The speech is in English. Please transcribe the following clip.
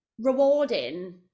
rewarding